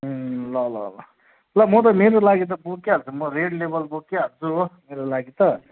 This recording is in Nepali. अँ ल ल ल म त मेरो लागि त बोकिहाल्छु म रेड लेबल बोकिहाल्छु हो मेरो लागि त